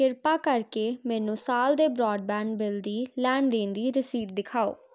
ਕਿਰਪਾ ਕਰਕੇ ਮੈਨੂੰ ਸਾਲ ਦੇ ਬਰਾਡਬੈਂਡ ਬਿੱਲ ਦੀ ਲੈਣ ਦੇਣ ਦੀ ਰਸੀਦ ਦਿਖਾਓ